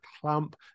clamp